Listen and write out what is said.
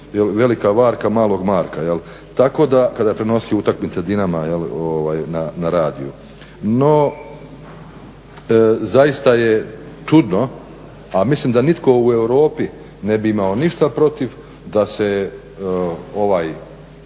velika varka malog Marka.", tako kada prenosi utakmice Dinama na radiju. No, zaista je čudno, a mislim da nitko u Europi ne bi imao ništa protiv da se ovaj